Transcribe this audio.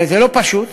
זה לא פשוט,